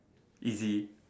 easy